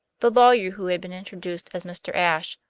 the lawyer, who had been introduced as mr. ashe,